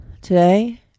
today